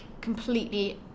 completely